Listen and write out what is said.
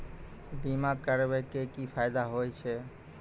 बीमा करबै के की फायदा होय छै?